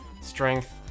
strength